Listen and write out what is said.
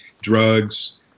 drugs